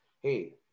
hey